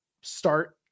start